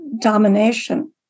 domination